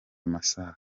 masaha